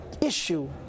issue